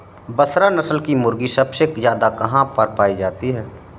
बसरा नस्ल की मुर्गी सबसे ज्यादा कहाँ पर पाई जाती है?